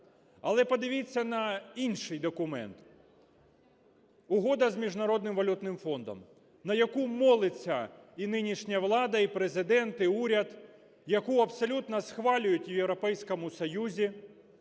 Але подивіться на інший документ. Угода з Міжнародним валютним фондом, на яку молиться і нинішня влада, і Президент, і уряд, яку абсолютно схвалюють в Європейському Союзі.